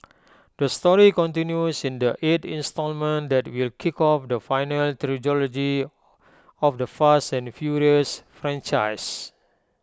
the story continues in the eight instalment that will kick off the final trilogy of the fast and furious franchise